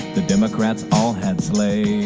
the democrats all had slaves.